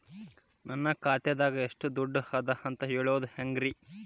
ನನ್ನ ಖಾತೆದಾಗ ಎಷ್ಟ ದುಡ್ಡು ಅದ ಅಂತ ತಿಳಿಯೋದು ಹ್ಯಾಂಗ್ರಿ?